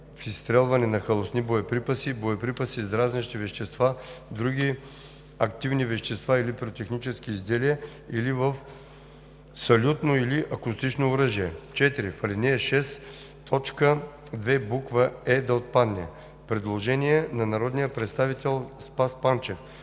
изстрелване на халосни боеприпаси, боеприпаси с дразнещи вещества, други активни вещества или пиротехнически изделия, или в салютно или акустично оръжие“. 4. В ал. 6, т. 2, буква „е“ да отпадне.“ Предложение на народния представител Спас Панчев.